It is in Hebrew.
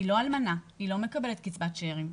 היא לא אלמנה, היא לא מקבלת קצבת שארים.